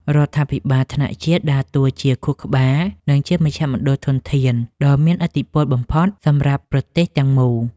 រដ្ឋាភិបាលថ្នាក់ជាតិដើរតួជា ខួរក្បាល និងជាមជ្ឈមណ្ឌលធនធាន ដ៏មានឥទ្ធិពលបំផុតសម្រាប់ប្រទេសទាំងមូល។